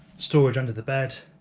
storage under the bed,